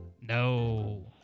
No